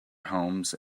homes